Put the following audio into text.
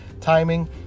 timing